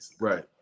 right